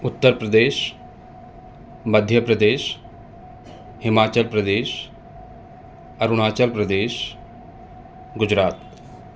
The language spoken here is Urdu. اتر پردیش مدھیہ پردیش ہماچل پردیش اروناچل پردیش گجرات